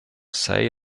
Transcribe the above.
sei